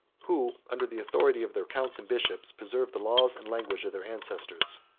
who, under the authority of their counts and bishops, preserved the laws and language of their ancestors.